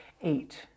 eight